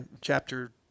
chapter